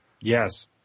Yes